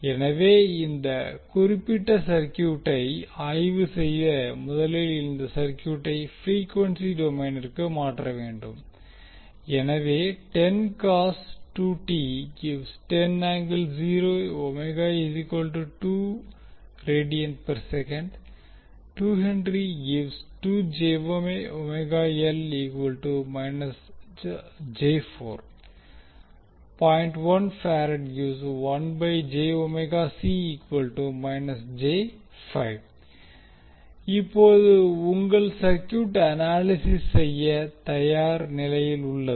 எனவே இந்த குறிப்பிட்ட சர்கியூட்டை ஆய்வு செய்ய முதலில் இந்த சர்கியூட்டை ப்ரீக்வென்சி டொமைனிற்கு மாற்ற வேண்டும் எனவே இப்போது உங்கள் சர்க்யூட் அனாலிசிஸ் செய்ய தயார் நிலையில் உள்ளது